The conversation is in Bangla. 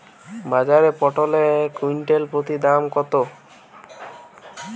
বাজারে পটল এর কুইন্টাল প্রতি দাম কত?